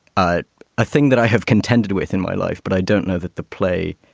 ah a thing that i have contended with in my life. but i dont know that the play